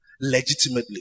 Legitimately